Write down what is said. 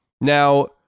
Now